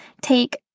take